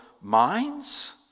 minds